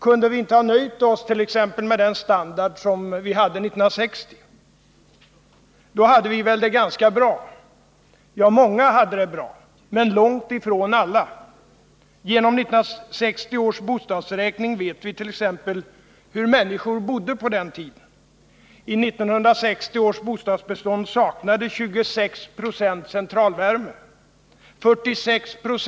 Kunde vi inte ha nöjt oss med t.ex. den standard som vi hade 1960? Då hade vi det väl ganska bra. Ja, många hade det bra. Men långt ifrån alla. Genom 1960 års bostadsräkning vet vi t.ex. hur människor bodde på den tiden. Särskilt dåligt bodde de gamla.